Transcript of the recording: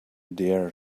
dare